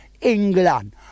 England